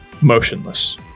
motionless